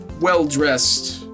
well-dressed